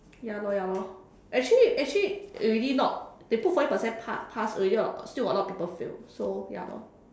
ya lor ya lor actually actually already not they put forty percent pa~ pass still got a lot people fail so ya lor